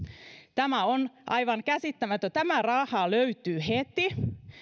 tämä on aivan käsittämätöntä että tämä raha löytyy heti